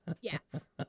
Yes